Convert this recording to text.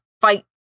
fight